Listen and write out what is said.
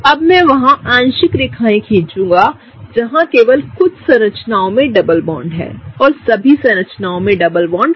अब मैं वहां आंशिक रेखाएं खींचूंगा जहां केवल कुछ संरचनाओं में डबल बॉन्ड हैं सभी संरचनाओं में नहीं